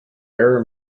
error